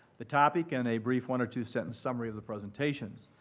the topic, and a brief one or two-sentence summary of the presentation.